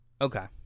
Okay